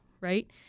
right